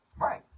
Right